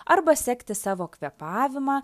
arba sekti savo kvėpavimą